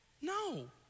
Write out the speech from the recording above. No